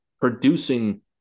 Producing